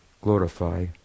glorify